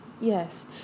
Yes